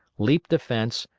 leaped a fence,